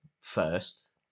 first